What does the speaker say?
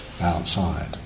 outside